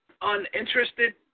uninterested